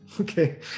Okay